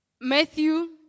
Matthew